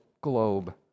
globe